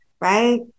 right